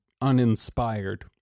uninspired